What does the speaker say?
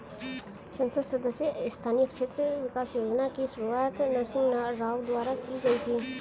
संसद सदस्य स्थानीय क्षेत्र विकास योजना की शुरुआत नरसिंह राव द्वारा की गई थी